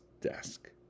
desk